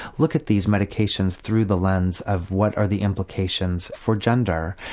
look at these medications through the lens of what are the implications for gender.